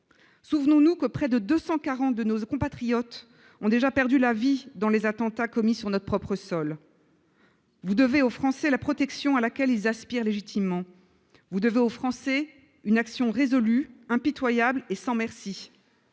Souvenons-nous que près de 240 de nos compatriotes ont déjà perdu la vie dans les attentats commis sur notre propre sol. Vous devez aux Français la protection à laquelle ils aspirent légitimement. Vous devez aux Français une action résolue, impitoyable et sans merci.